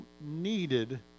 needed